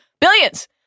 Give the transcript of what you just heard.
billions